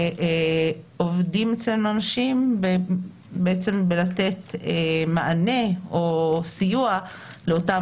ועובדים אצלנו אנשים בלתת מענה או סיוע לאותם